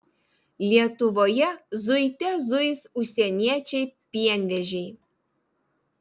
lietuvoje zuite zuis užsieniečiai pienvežiai